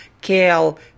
kale